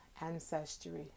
ancestry